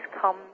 come